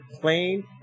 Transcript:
plane